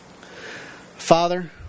Father